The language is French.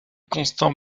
constant